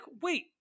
wait